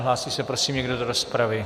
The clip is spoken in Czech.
Hlásí se, prosím, někdo do rozpravy?